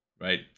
right